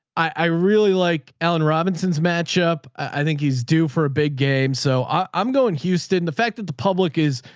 i really like alan robinson's matchup. i think he's due for a big game. so i'm going houston. the fact that the public is,